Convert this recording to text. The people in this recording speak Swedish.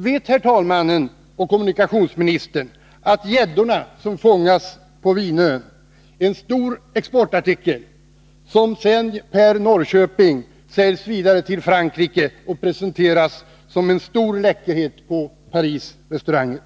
Vet herr talmannen och kommunikationsministern att gäddorna som fångas på Vinön är en stor exportartikel, som sedan via Norrköping sänds vidare till Frankrike och presenteras som en stor läckerhet på Paris restauranger?